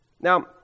Now